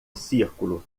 círculo